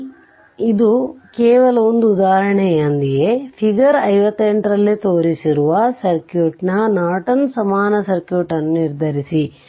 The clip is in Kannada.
ಆದ್ದರಿಂದ ಈ ಕೇವಲ ಒಂದು ಉದಾಹರಣೆಯೊಂದಿಗೆ ಫಿಗರ್ 58 ರಲ್ಲಿ ತೋರಿಸಿರುವ ಸರ್ಕ್ಯೂಟ್ನ ನಾರ್ಟನ್ ಸಮಾನ ಸರ್ಕ್ಯೂಟ್ ಅನ್ನು ನಿರ್ಧರಿಸಿ